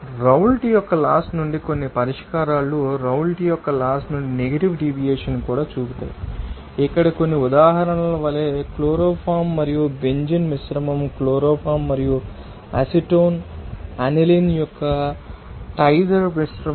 Raoult యొక్క laws నుండి కొన్ని పరిష్కారాలు రౌల్ట్ యొక్క లాస్ నుండి నెగటివ్ డీవియేషన్ కూడా చూపుతాయి ఇక్కడ కొన్ని ఉదాహరణల వలె క్లోరోఫామ్ మరియు బెంజీన్ మిశ్రమం క్లోరోఫామ్ మరియు అసిటోన్ అనిలిన్ యొక్క డైథర్ మిశ్రమం